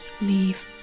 leave